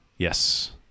Yes